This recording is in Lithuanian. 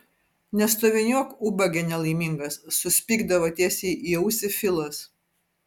nestoviniuok ubage nelaimingas suspigdavo tiesiai į ausį filas